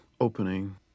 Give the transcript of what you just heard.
opening